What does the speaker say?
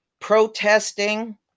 protesting